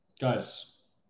Guys